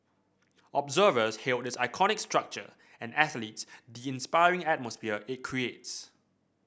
observers hailed its iconic structure and athletes the inspiring atmosphere it creates